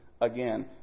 again